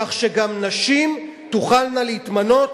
כך שגם נשים תוכלנה להתמנות